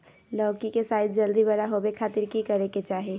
लौकी के साइज जल्दी बड़ा होबे खातिर की करे के चाही?